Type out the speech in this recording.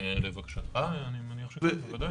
לבקשתך, אני מניח שכן, בוודאי.